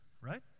right